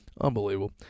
Unbelievable